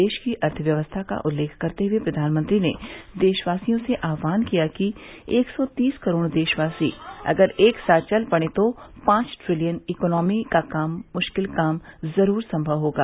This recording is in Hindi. देश की अर्थव्यवस्था का उल्लेख करते हुए प्रधानमंत्री ने देशवासियों से आह्वान किया कि एक सौ तीस करोड़ देशवासी अगर एक साथ चल पड़ें तो पांच ट्रिलियन इकॉनमी का मुश्किल काम जरूर संभव होगा